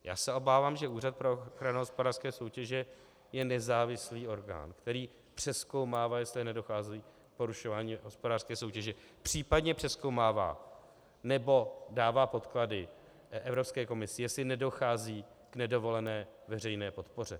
Já se obávám, že Úřad pro ochranu hospodářské soutěže je nezávislý orgán, který přezkoumává, jestli nedochází k porušování hospodářské soutěže, případně přezkoumává nebo dává podklady Evropské komisi, jestli nedochází k nedovolené veřejné podpoře.